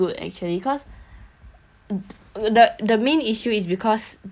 th~ the main issue is because the window already came so big